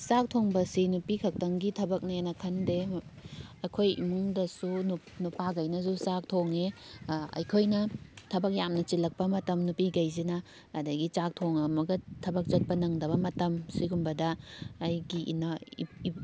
ꯆꯥꯛ ꯊꯣꯡꯕ ꯑꯁꯤ ꯅꯨꯄꯤꯈꯛꯇꯪꯒꯤ ꯊꯕꯛꯅꯦꯅ ꯈꯟꯗꯦ ꯑꯩꯈꯣꯏ ꯏꯃꯨꯡꯗꯁꯨ ꯅꯨꯄꯥꯒꯩꯅꯁꯨ ꯆꯥꯛ ꯊꯣꯡꯉꯦ ꯑꯩꯈꯣꯏꯅ ꯊꯕꯛ ꯌꯥꯝꯅ ꯆꯤꯜꯂꯛꯄ ꯃꯇꯝ ꯅꯨꯄꯤꯒꯩꯁꯤꯅ ꯑꯗꯒꯤ ꯆꯥꯛ ꯊꯣꯡꯉꯝꯃꯒ ꯊꯕꯛ ꯆꯠꯄ ꯅꯪꯗꯕ ꯃꯇꯝ ꯁꯤꯒꯨꯝꯕꯗ ꯑꯩꯒꯤ ꯏꯅꯥꯎ